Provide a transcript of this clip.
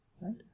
Right